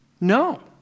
No